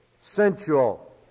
sensual